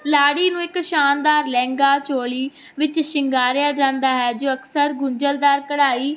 ਲਾੜੀ ਨੂੰ ਇੱਕ ਸ਼ਾਨਦਾਰ ਲਹਿੰਗਾ ਚੋਲੀ ਵਿੱਚ ਸ਼ਿੰਗਾਰਿਆ ਜਾਂਦਾ ਹੈ ਜੋ ਅਕਸਰ ਗੁੰਝਲਦਾਰ ਕਢਾਈ